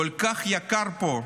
כל כך יקר פה,